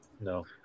No